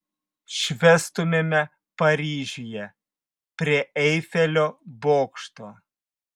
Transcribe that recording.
švęstumėme paryžiuje prie eifelio bokšto